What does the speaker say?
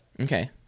Okay